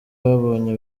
babonye